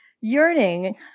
yearning